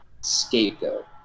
Scapegoat